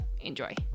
Enjoy